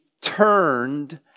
turned